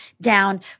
down